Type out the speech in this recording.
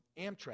Amtrak